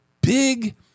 big